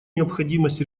необходимость